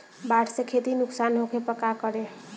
बाढ़ से खेती नुकसान होखे पर का करे?